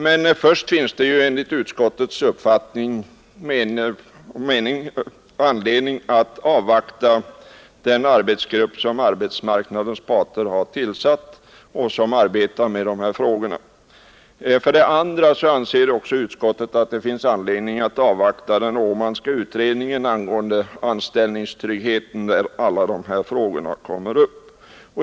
Men först finns enligt utskottets uppfattning anledning att avvakta den arbetsgrupp som arbetsmarknadens parter har tillsatt och som arbetar med de här frågorna. Vidare anser utskottet att det finns anledning att avvakta den Åmanska utredningen angående anställningstrygghet, där alla de här frågorna kommer upp.